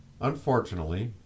Unfortunately